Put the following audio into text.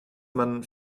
man